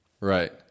Right